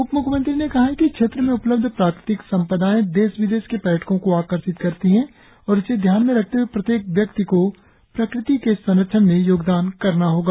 उपम्ख्यमंत्री ने कहा कि क्षेत्र में उपलब्ध प्राकृतिक संपदाए देश विदेश के पर्यटको को आकर्षित करती है और इसे ध्यान में रखते प्रत्येक व्यक्ति को प्रकृति के संरक्षण में योगदान करना होगा